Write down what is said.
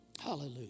Hallelujah